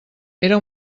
era